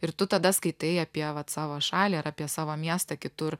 ir tu tada skaitai apie vat savo šalį ar apie savo miestą kitur